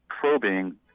probing